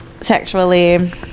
sexually